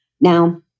Now